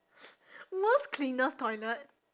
most cleanest toilet